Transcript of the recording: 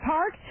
Park